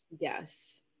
yes